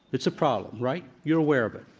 it's a problem, right? you're aware of it.